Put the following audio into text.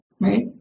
right